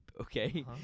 Okay